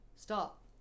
Stop